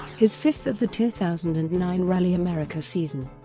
his fifth of the two thousand and nine rally america season.